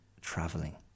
traveling